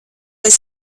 esi